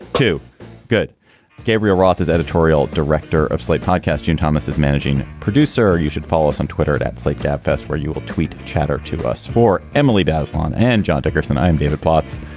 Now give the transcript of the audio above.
two good gabriel roth is editorial director of slate podcast. june thomas is managing producer. you should follow some twitter that's like gabfests where you will tweet chatoor to us for emily basilone and john dickerson and david plotz.